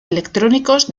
electrónicos